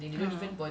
ah